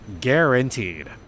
guaranteed